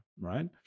right